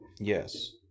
yes